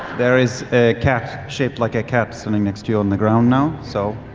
there is a cat shaped like a cat sitting next to you on the ground now, so,